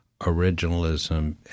originalism